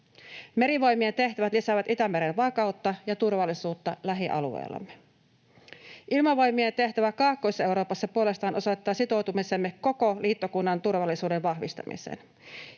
Merivoimien tehtävät lisäävät Itämeren vakautta ja turvallisuutta lähialueillamme. Ilmavoimien tehtävä Kaakkois-Euroopassa puolestaan osoittaa sitoutumisemme koko liittokunnan turvallisuuden vahvistamiseen.